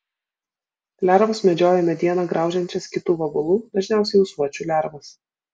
lervos medžioja medieną graužiančias kitų vabalų dažniausiai ūsuočių lervas